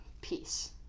Peace